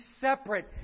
separate